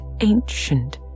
ancient